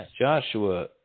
Joshua